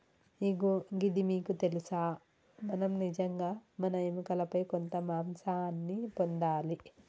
ఇగో గిది మీకు తెలుసా మనం నిజంగా మన ఎముకలపై కొంత మాంసాన్ని పొందాలి